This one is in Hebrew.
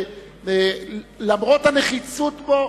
למרות הנחיצות בו,